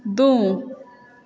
दू